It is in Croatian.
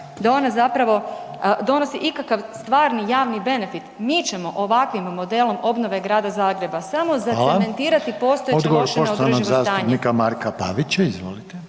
da ona zapravo donosi ikakav stvarni javni benefit. Mi ćemo ovakvim modelom obnove Grada Zagreba samo zacementirati …/Upadica: Hvala/…postojeće loše neodrživo stanje.